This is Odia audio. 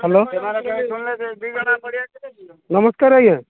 ହ୍ୟାଲୋ ନମସ୍କାର ଆଜ୍ଞା